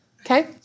Okay